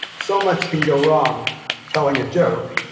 so much can go wrong telling a joke.